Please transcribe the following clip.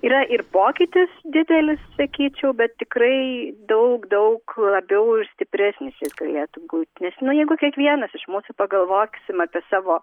yra ir pokytis didelis sakyčiau bet tikrai daug daug labiau ir stipresnis jis galėtų būt nes nu jeigu kiekvienas iš mūs pagalvosim apie savo